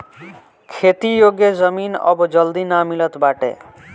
खेती योग्य जमीन अब जल्दी ना मिलत बाटे